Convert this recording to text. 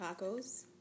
tacos